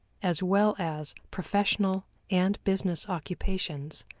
as well as professional and business occupations,